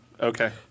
Okay